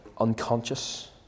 unconscious